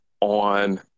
on